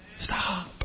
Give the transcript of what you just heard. Stop